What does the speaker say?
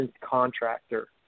contractor